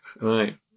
Right